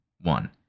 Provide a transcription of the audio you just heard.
one